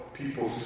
people